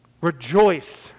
Rejoice